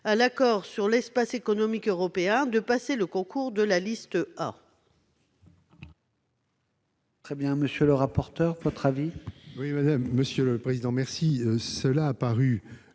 à l'accord sur l'Espace économique européen de passer le concours de la liste A.